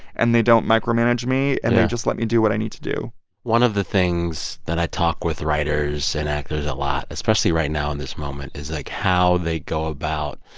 and they don't micromanage me. and they just let me do what i need to do one of the things that i talk with writers and actors a lot, especially right now in this moment, is like how they go about